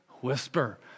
whisper